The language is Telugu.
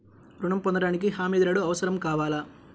ఋణం పొందటానికి హమీదారుడు అవసరం కావాలా?